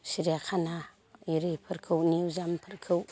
सिरियाखाना इरिफोरखौ मिउजियामफोरखौ